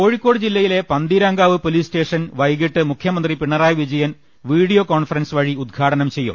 കോഴിക്കോട് ജില്ലയിലെ Pantheerankavu police station വൈകീട്ട് മുഖ്യമന്ത്രി Pinarayi Vijayan video conference വഴി ഉദ്ഘാടനം ചെയ്യും